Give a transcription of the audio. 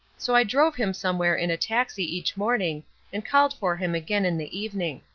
so i drove him somewhere in a taxi each morning and called for him again in the evening.